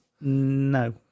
No